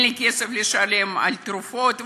אין לי כסף לשלם על תרופות,